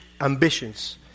ambitions